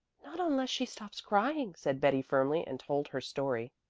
not unless she stops crying, said betty firmly, and told her story.